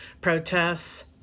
protests